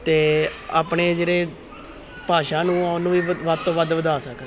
ਅਤੇ ਆਪਣੇ ਜਿਹੜੇ ਭਾਸ਼ਾ ਨੂੰ ਉਹਨੂੰ ਵੀ ਵੱਧ ਤੋਂ ਵੱਧ ਵਧਾ ਸਕਣ